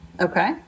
Okay